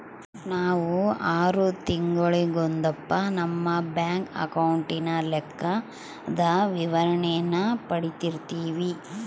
ನಾವು ಆರು ತಿಂಗಳಿಗೊಂದಪ್ಪ ನಮ್ಮ ಬ್ಯಾಂಕ್ ಅಕೌಂಟಿನ ಲೆಕ್ಕದ ವಿವರಣೇನ ಪಡೀತಿರ್ತೀವಿ